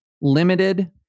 limited